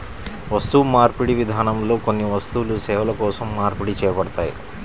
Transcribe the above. వస్తుమార్పిడి విధానంలో కొన్ని వస్తువులు సేవల కోసం మార్పిడి చేయబడ్డాయి